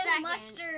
mustard